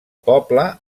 poble